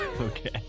Okay